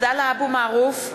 (קוראת בשמות חברי הכנסת) עבדאללה אבו מערוף,